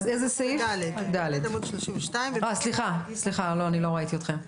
סעיף (ד) עמוד 32. סליחה, לא ראיתי אתכם.